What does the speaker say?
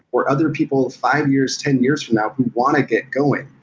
or other people five years, ten years from now, who wanna get going.